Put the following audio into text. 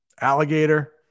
Alligator